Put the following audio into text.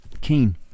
keen